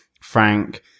Frank